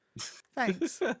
thanks